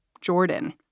Jordan